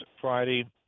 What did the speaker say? Friday